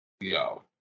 yo